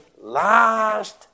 last